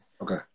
Okay